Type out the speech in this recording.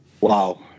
Wow